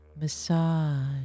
massage